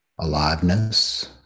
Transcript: aliveness